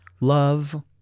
love